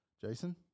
jason